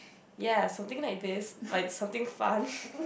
ya something like this like something fun